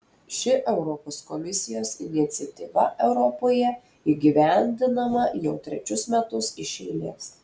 ši europos komisijos iniciatyva europoje įgyvendinama jau trečius metus iš eilės